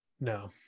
No